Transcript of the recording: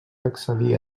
accedir